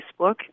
Facebook